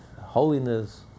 holiness